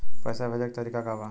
पैसा भेजे के तरीका का बा?